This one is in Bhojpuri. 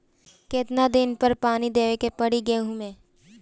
कितना दिन पर पानी देवे के पड़ी गहु में?